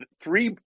three